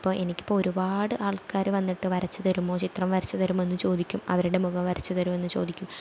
ഇപ്പോൾ എനിക്കിപ്പോൾ ഒരുപാട് ആൾക്കാർ വന്നിട്ട് വരച്ച് തരുമോ ചിത്രം ചിത്രം വരച്ച് തരുമോയെന്നു ചോദിക്കും അവരുടെ മുഖം വരച്ചു തരുമോയെന്ന് ചോദിക്കും